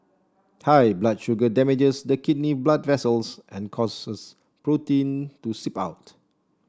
high blood sugar damages the kidney blood vessels and causes protein to seep out